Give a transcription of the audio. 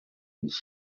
uni